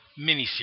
miniseries